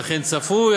וכן צפוי,